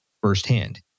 firsthand